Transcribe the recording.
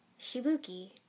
Shibuki